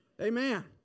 Amen